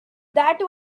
that